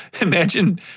imagine